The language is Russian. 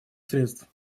средств